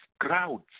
crowds